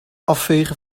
afvegen